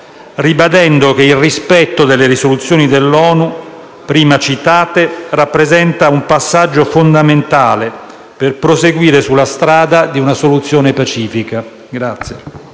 ribadendo che il rispetto delle risoluzioni dell’ONU prima citate rappresenta un passaggio fondamentale per proseguire sulla strada di una soluzione pacifica.